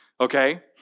Okay